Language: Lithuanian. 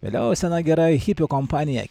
vėliau sena gera hipių kompanija